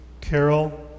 Carol